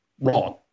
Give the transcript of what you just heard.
wrong